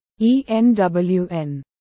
ENWN